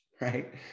right